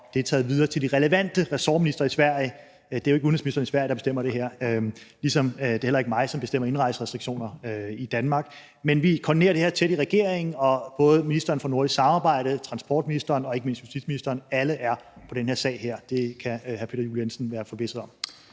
det er taget videre til de relevante ressortministre i Sverige. Det er jo ikke udenrigsministeren i Sverige, der bestemmer det her, ligesom det heller ikke er mig, der bestemmer over indrejserestriktioner i Danmark. Men vi koordinerer det her tæt i regeringen, og både ministeren for nordisk samarbejde, transportministeren og ikke mindst justitsministeren er på den her sag. Det kan hr. Peter Juel-Jensen være forvisset om.